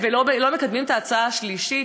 ולא מקדמים את ההצעה השלישית?